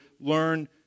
learn